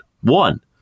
one